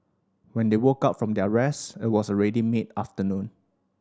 when they woke up from their rest it was already mid afternoon